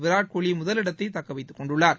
விராட்கோலி முதலிடத்தை தக்கவைத்துக்கொண்டுள்ளார்